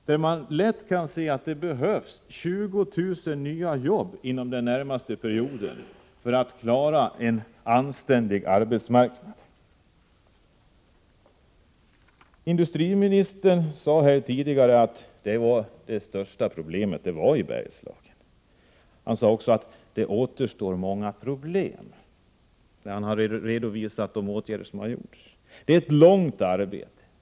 Det är lätt att se att det behövs 20 000 nya arbetstillfällen inom den närmaste perioden för att klara en anständig arbetsmarknad. Industriministern sade här tidigare att de största problemen finnsi Bergslagen. Sedan han redovisat vilka åtgärder som vidtagits, sade han att det återstår mycket att göra.